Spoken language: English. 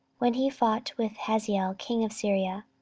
when he fought with hazael king of syria.